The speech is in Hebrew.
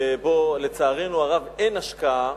ובו לצערנו הרב אין השקעה,